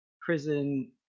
prison